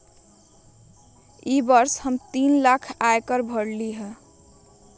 ई वर्ष हम्मे तीन लाख आय कर भरली हई